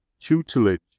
tutelage